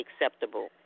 acceptable